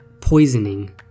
poisoning